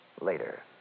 Later